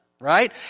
Right